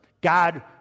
God